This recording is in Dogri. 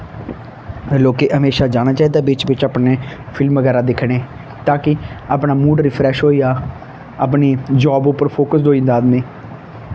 ते लोकें हमेशा जाना चाहिदा बिच्च बिच्च अपने फिल्म बगैरा दिक्खने गी ताकि अपना मूड़ रिफ्रैश होई जा अपनी जॉब उप्पर फोक्सड होई जंदा आदमी